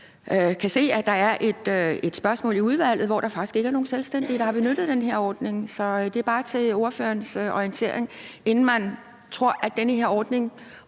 kan se, at der er et spørgsmål i udvalget, og at der faktisk ikke er nogen selvstændige, der har benyttet den her ordning. Så det er bare til ordførerens orientering, inden man tror – og det virker sådan